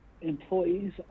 Employees